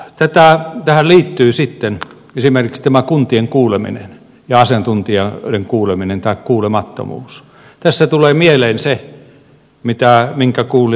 kun tähän liittyy sitten esimerkiksi tämä kuntien kuuleminen ja asiantuntijoiden kuuleminen tai kuulemattomuus tässä tulee mieleen se minkä kuulin lainattavan